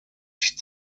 sich